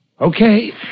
Okay